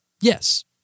Yes